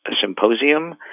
Symposium